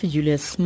Julius